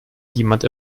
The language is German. jemand